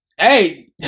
Hey